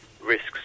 risks